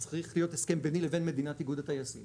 צריך להיות הסכם ביני לבין מדינת איגוד הטייסים